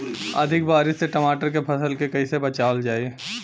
अधिक बारिश से टमाटर के फसल के कइसे बचावल जाई?